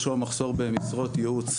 או מחסור במשרות ייעוץ,